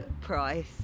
price